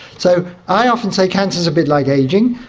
so i often say cancer is a bit like ageing.